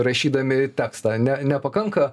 rašydami tekstą ne nepakanka